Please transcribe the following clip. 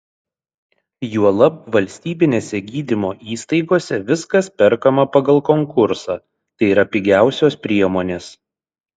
juolab valstybinėse gydymo įstaigose viskas perkama pagal konkursą tai yra pigiausios priemonės